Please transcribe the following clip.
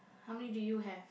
how many do you have